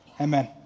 Amen